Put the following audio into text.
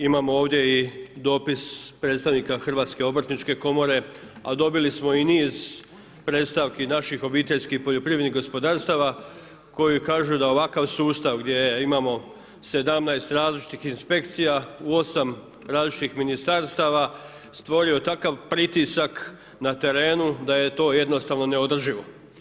Imamo ovdje i dopis predstavnika Hrvatske obrtničke komore, a dobili smo i niz predstavki naših obiteljskih poljoprivrednih gospodarstava, koji kažu da ovakav sustav gdje imamo 17 različitih inspekcija u 8 različitih Ministarstava, stvorio takav pritisak na terenu da je to jednostavno neodrživo.